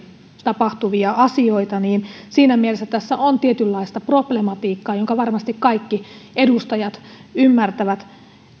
tapahtuvia asioita niin siinä mielessä tässä on tietynlaista problematiikkaa jonka varmasti kaikki edustajat ymmärtävät